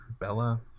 Bella